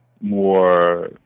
more